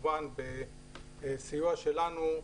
כמובן בסיוע שלנו,